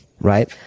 Right